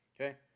Okay